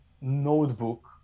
notebook